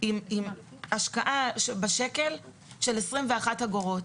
עם השקעה בשקל של 21 אגורות.